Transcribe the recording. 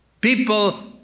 People